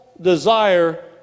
desire